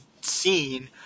seen